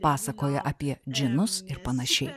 pasakoja apie džinus ir panašiai